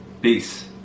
Peace